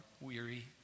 weary